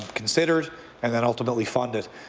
considered and then ultimately funded.